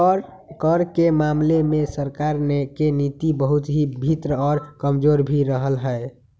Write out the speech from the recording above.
कर के मामले में सरकार के नीति बहुत ही भिन्न और कमजोर भी रहले है